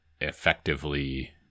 effectively